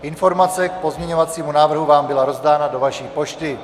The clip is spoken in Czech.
Informace k pozměňovacímu návrhu vám byla rozdána do vaší pošty.